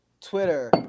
Twitter